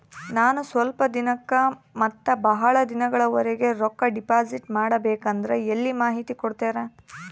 ನಾನು ಸ್ವಲ್ಪ ದಿನಕ್ಕ ಮತ್ತ ಬಹಳ ದಿನಗಳವರೆಗೆ ರೊಕ್ಕ ಡಿಪಾಸಿಟ್ ಮಾಡಬೇಕಂದ್ರ ಎಲ್ಲಿ ಮಾಹಿತಿ ಕೊಡ್ತೇರಾ?